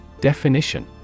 Definition